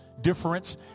difference